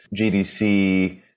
GDC